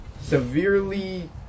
severely